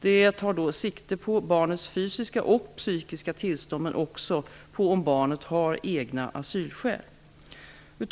Det tar då sikte på barnets fysiska och psykiska tillstånd men också på om barnet har egna asylskäl.